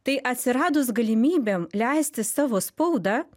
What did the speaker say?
tai atsiradus galimybėm leisti savo spaudą